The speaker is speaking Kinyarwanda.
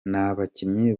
nabakinnyi